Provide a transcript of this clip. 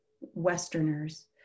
Westerners